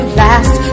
last